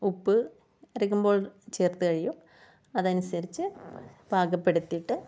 ഉപ്പ് അരയ്ക്കുമ്പോൾ ചേർത്ത് കഴിയും അതനുസരിച്ച് പാകപ്പെടുത്തിയിട്ട്